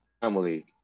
family